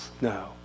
No